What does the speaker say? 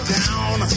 down